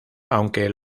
aunque